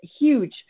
huge